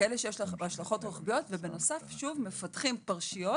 כאלה שיש להם השלכות רפואיות ובנוסף מפתחים פרשיות,